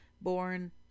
born